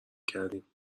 کردیم